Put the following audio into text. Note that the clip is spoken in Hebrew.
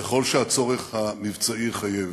ככל שהצורך המבצעי יחייב.